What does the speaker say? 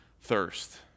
thirst